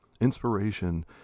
inspiration